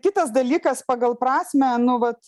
kitas dalykas pagal prasmę nu vat